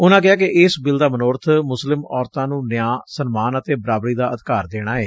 ਉਨਾਂ ਕਿਹਾ ਕਿ ਇਸ ਬਿੱਲ ਦਾ ਮਨੋਰਥ ਮੁਸਲਿਮ ਔਰਤਾਂ ਨੂੰ ਨਿਆਂ ਸਨਮਾਨ ਅਤੇ ਬਰਾਬਰੀ ਦਾ ਅਧਿਕਾਰ ਦੇਣਾ ਏ